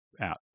out